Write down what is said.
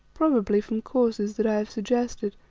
probably from causes that i have suggested,